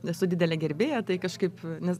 esu didelė gerbėja tai kažkaip nes